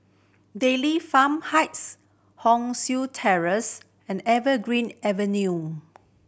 Dairy Farm Heights Hong San Terrace and Evergreen Avenue